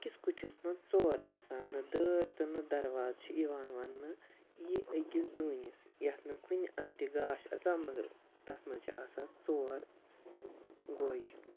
أکِس کُٹھِس منٛز ژور اِنسان نہ دٲر تہٕ نہ دروازٕ چھِ یِوان وَننہٕ یہِ أکِس ڈوٗنِس یَتھ نہٕ کُنہِ اَندٕ تہِ گاش اَژان مَگر تَتھ منٛز چھِ آسان ژور گوجہِ